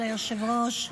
כבוד היושב-ראש,